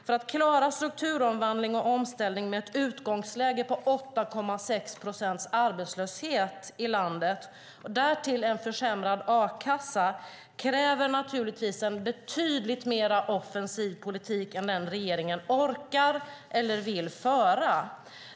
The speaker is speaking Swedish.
För att klara strukturomvandling och omställning med ett utgångsläge på 8,6 procents arbetslöshet i landet, och därtill en försämrad a-kassa, krävs naturligtvis en betydligt mer offensiv politik än den som regeringen orkar eller vill föra.